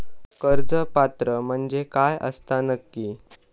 कर्ज पात्र म्हणजे काय असता नक्की?